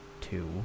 two